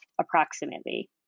approximately